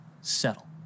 settle